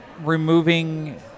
removing